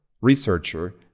researcher